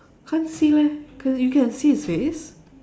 can't see leh can you can see his face